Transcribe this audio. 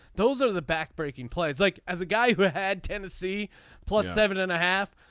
those are the backbreaking plays like as a guy who had tennessee plus seven and a half.